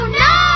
no